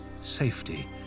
safety